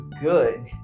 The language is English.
good